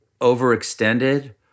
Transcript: overextended